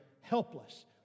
helpless